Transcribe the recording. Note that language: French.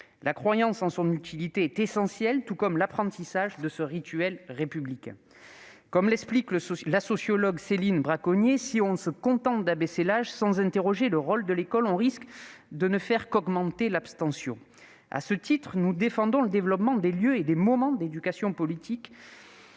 La croyance en son utilité est essentielle, tout comme l'apprentissage de ce rituel républicain. Comme l'explique la sociologue Céline Braconnier, « si on se contente d'abaisser l'âge sans interroger le rôle de l'école, on risque de ne faire qu'augmenter l'abstention ». À ce titre, nous défendons le développement de lieux et de moments où l'éducation politique